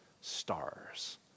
stars